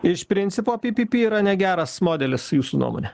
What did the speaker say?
iš principo apie pipirą negeras modelis jūsų nuomone